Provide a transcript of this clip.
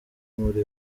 muri